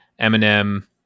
Eminem